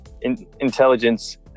Intelligence